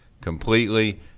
completely